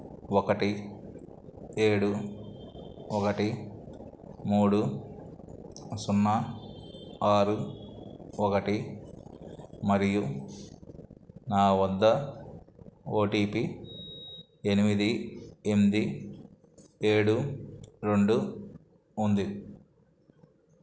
ఒకటి ఏడు ఒకటి మూడు సున్నా ఆరు ఒకటి మరియు నా వద్ద ఓ టీ పీ ఎనిమిది ఎనిమిది ఏడు రెండు ఉంది